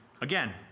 again